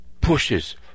Pushes